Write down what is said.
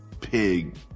pig